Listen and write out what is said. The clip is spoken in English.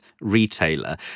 retailer